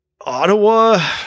Ottawa